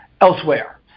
elsewhere